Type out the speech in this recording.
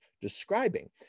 describing